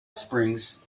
springs